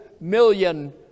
million